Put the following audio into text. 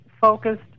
focused